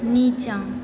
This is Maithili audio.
नीचाँ